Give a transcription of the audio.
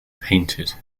painted